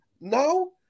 No